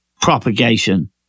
propagation